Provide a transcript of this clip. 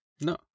No